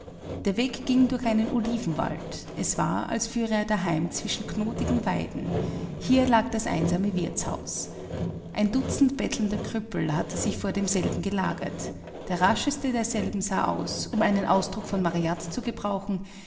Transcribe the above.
der weg ging durch einen olivenwald es war als führe er daheim zwischen knotigen weiden hier lag das einsame wirtshaus ein dutzend bettelnder krüppel hatte sich vor demselben gelagert der rascheste derselben sah aus um einen ausdruck von marryat zu gebrauchen